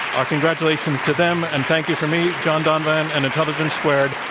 our congratulations to them. and thank you from me, john donvan, and intelligence squared.